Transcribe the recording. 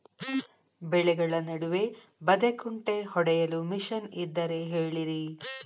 ಬೆಳೆಗಳ ನಡುವೆ ಬದೆಕುಂಟೆ ಹೊಡೆಯಲು ಮಿಷನ್ ಇದ್ದರೆ ಹೇಳಿರಿ